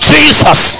Jesus